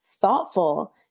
thoughtful